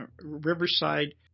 Riverside